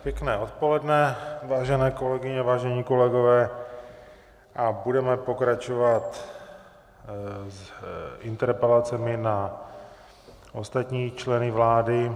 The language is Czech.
Pěkné odpoledne, vážené kolegyně, vážení kolegové, a budeme pokračovat s interpelacemi na ostatní členy vlády...